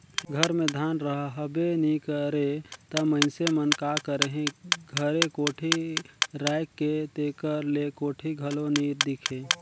घर मे धान रहबे नी करे ता मइनसे मन का करही घरे कोठी राएख के, तेकर ले कोठी घलो नी दिखे